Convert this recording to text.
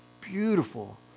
beautiful